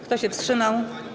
Kto się wstrzymał?